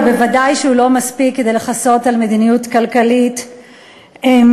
אבל בוודאי שהוא לא מספיק כדי לכסות על מדיניות כלכלית מזיקה,